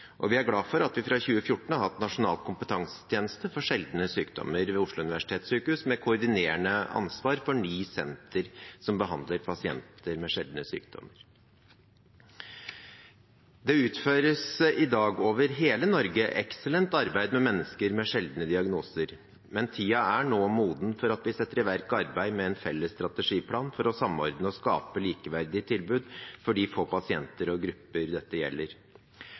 Vi er glad for at vi fra 2014 har hatt Nasjonal kompetansetjeneste for sjeldne diagnoser ved Oslo universitetssykehus, med koordinerende ansvar for ni sentre som behandler pasienter med sjeldne sykdommer. Det utføres i dag over hele Norge eksellent arbeid med mennesker med sjeldne diagnoser, men tiden er nå moden for at vi setter i verk arbeid med en felles strategiplan for å samordne og skape likeverdige tilbud for de få pasienter og grupper dette gjelder.